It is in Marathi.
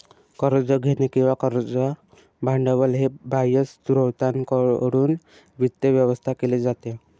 कर्ज घेणे किंवा कर्ज भांडवल हे बाह्य स्त्रोतांकडून वित्त व्यवस्था केली जाते